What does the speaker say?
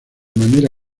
manera